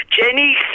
Jenny